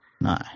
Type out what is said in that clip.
No